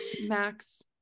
Max